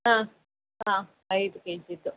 ಹಾಂ ಹಾಂ ಐದು ಕೆ ಜಿದು